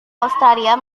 australia